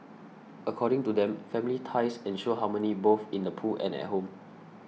according to them family ties ensure harmony both in the pool and at home